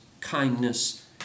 kindness